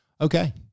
Okay